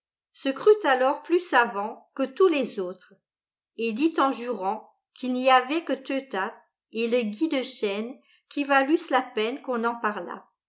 se crut alors plus savant que tous les autres et dit en jurant qu'il n'y avait que teutath et le gui de chêne qui valussent la peine qu'on en parlât